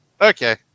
Okay